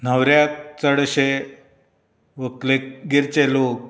न्हवऱ्याक चडशे व्हंकलेगेरचे लोक